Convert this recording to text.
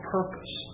purpose